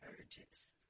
urges